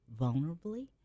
vulnerably